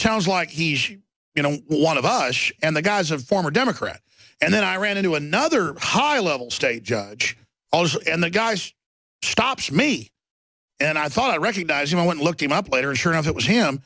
sounds like he's you know one of us and the guys of former democrat and then i ran into another high level state judge and the guys stopped me and i thought i recognized i went looking up later sure enough it was him